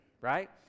right